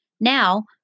Now